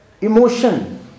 emotion